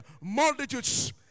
multitudes